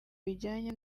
bijyanye